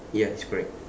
ya it's correct